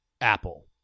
Apple